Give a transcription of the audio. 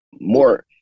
more